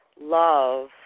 love